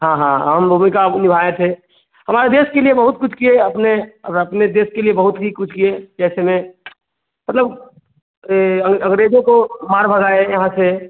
हाँ हाँ अहम भूमिका भी निभाए थे हमारे देश के लिए बहुत कुछ किए अपने और अपने देश के लिए बहुत ही कुछ किए ऐसे में मतलब अंग्रेज़ों को मार भगाया यहाँ से